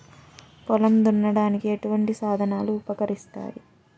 పొలం దున్నడానికి ఎటువంటి సాధనాలు ఉపకరిస్తాయి?